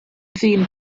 ddyn